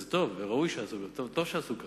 זה טוב וראוי שעשו כך, טוב שעשו כך.